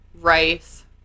rice